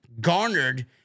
garnered